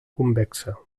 convexa